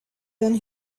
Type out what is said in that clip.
than